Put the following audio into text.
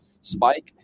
Spike